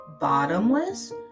Bottomless